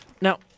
Now